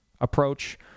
approach